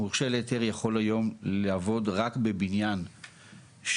מורשה להיתר יכול להיות לעבוד רק בבניין שלפחות